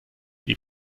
die